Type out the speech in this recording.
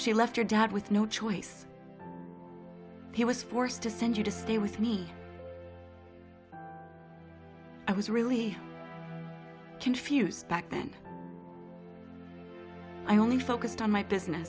she left her dad with no choice he was forced to send you to stay with me i was really confused back then i only focused on my business